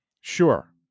Sure